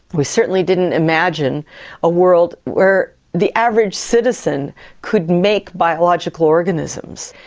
we certainly didn't imagine a world where the average citizen could make biological organisms.